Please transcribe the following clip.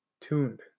tuned